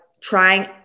trying